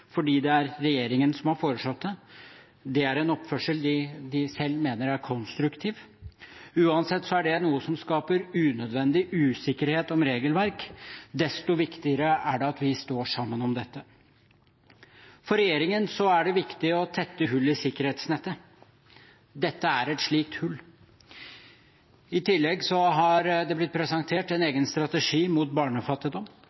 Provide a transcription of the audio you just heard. fordi det er regjeringen som har foreslått det. Det er en oppførsel de selv mener er konstruktiv. Uansett er det noe som skaper unødvendig usikkerhet om regelverk. Desto viktigere er det at vi står sammen om dette. For regjeringen er det viktig å tette hull i sikkerhetsnettet. Dette er et slikt hull. I tillegg har det blitt presentert en egen strategi mot barnefattigdom.